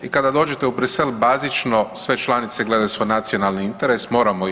I kada dođete u Bruxelles bazično sve članice gledaju svoj nacionalni interes, moramo i mi.